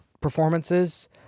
performances